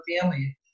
family